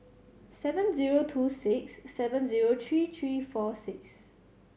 seven zero two six seven zero three three four six